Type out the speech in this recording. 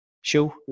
show